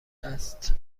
است